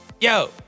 Yo